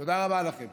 תודה רבה לכם.